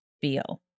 feel